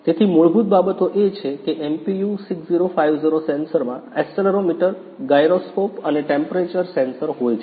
તેથી મૂળભૂત બાબતો એ છે કે MPU 6050 સેન્સરમાં એક્સેલેરોમીટર ગાયરોસ્કોપ અને ટેમ્પરેચર સેન્સર હોય છે